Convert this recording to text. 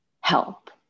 help